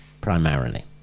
primarily